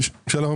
תודה.